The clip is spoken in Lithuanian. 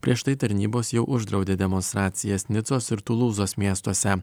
prieš tai tarnybos jau uždraudė demonstracijas nicos ir tulūzos miestuose